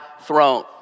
throne